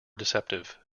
deceptive